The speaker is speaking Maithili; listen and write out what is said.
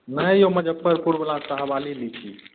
नहि यौ मजफ्फरपुर बला लीची